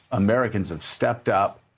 americans have stepped up.